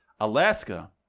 Alaska